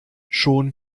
schon